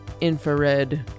infrared